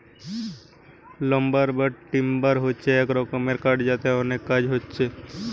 lumber বা timber হচ্ছে এক রকমের কাঠ যাতে অনেক কাজ হচ্ছে